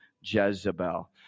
Jezebel